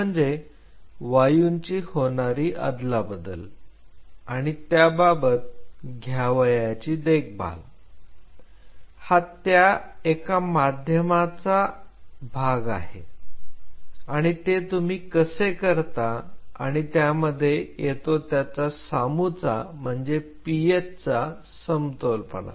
ते म्हणजे वायूंची होणारी अदलाबदल आणि त्या बाबत घ्यावयाची देखभाल हा त्या एका माध्यमाचा भाग आहे आणि ते तुम्ही कसे करता आणि त्यामध्ये येतो त्याच्या सामूचा समतोलपणा